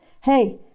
hey